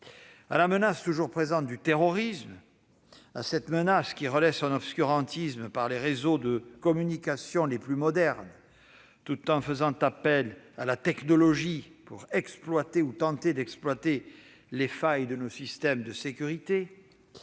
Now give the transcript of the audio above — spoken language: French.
À la menace toujours présente du terrorisme, à cette menace qui relaie son obscurantisme par les réseaux de communication les plus modernes, tout en faisant appel à la technologie pour exploiter ou tenter d'exploiter les failles de nos systèmes de sécurité,